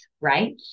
right